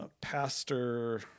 Pastor